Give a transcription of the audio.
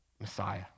Messiah